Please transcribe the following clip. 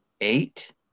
eight